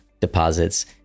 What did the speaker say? deposits